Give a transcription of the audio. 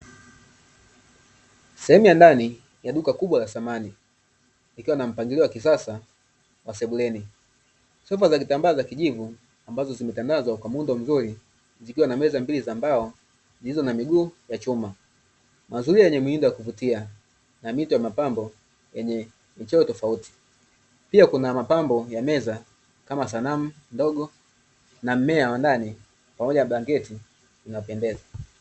Sehemu ya ndani ya duka kubwa la samani likiwa na mpangilio wa kisasa wa sebuleni, sofa za kitambaa za kijivu ambazo zimetandazwa kwa muundo mzuri, zikiwa na meza mbili za mbao zilizo na miguu ya chuma, mazulia yenye miundo ya kuvutia na mito ya mapambo yenye vicheo tofauti. Pia kuna mapambo ya meza kama sanamu ndogo na mmea wa ndani, pamoja na blanketi, vinapendeza.